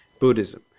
Buddhism